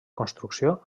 construcció